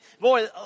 boy